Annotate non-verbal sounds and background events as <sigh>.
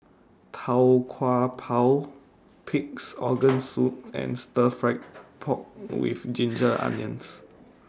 Tau Kwa Pau Pig'S <noise> Organ Soup and Stir Fry <noise> Pork with Ginger <noise> Onions